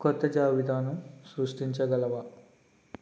కొత్త జాబితాను సృష్టించగలవా